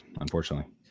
Unfortunately